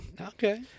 okay